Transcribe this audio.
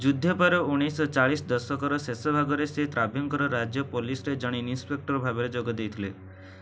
ଯୁଦ୍ଧ ପରେ ଉଣେଇଶହ ଚାଳିଶ ଦଶକର ଶେଷ ଭାଗରେ ସେ ତ୍ରାଭ୍ୟଙ୍କର ରାଜ୍ୟ ପୋଲିସରେ ଜଣେ ଇନ୍ସପେକ୍ଟର ଭାବେ ଯୋଗ ଦେଇଥିଲେ